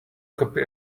copy